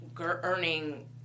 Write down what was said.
earning